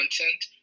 content